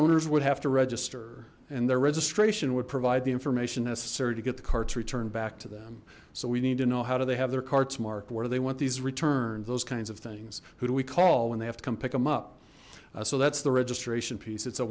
owners would have to register and their registration would provide the information necessary to get the carts returned back to them so we need to know how do they have their carts mark what do they want these returns those kinds of things who do we call when they have to come pick them up so that's the registration piece it's a